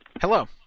Hello